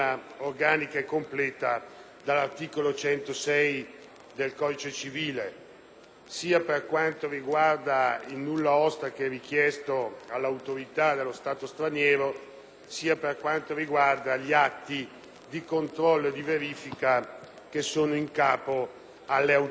sia per quanto riguarda il nulla osta che è richiesto all'autorità dello Stato straniero, sia per quanto riguarda gli atti di controllo e di verifica che sono in capo alle autorità che presiedono agli uffici dello stato civile nel nostro Paese.